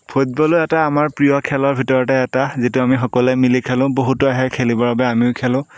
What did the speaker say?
ফুটবলো এটা আমাৰ প্ৰিয় খেলৰ ভিতৰতে এটা যিটো আমি সকলোৱে মিলি খেলোঁ বহুতো আহে খেলিবৰ বাবে আমিও খেলোঁ